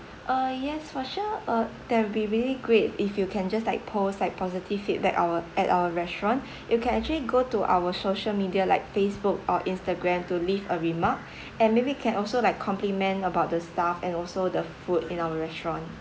uh yes for sure uh that will be really great if you can just like post like positive feedback our at our restaurant you can actually go to our social media like facebook or instagram to leave a remark and maybe can also like compliment about the staff and also the food in our restaurant